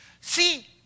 See